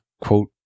quote